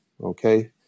Okay